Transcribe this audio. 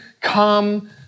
come